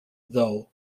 though